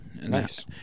Nice